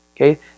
okay